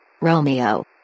Romeo